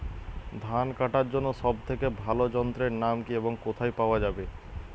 ধান কাটার জন্য সব থেকে ভালো যন্ত্রের নাম কি এবং কোথায় পাওয়া যাবে?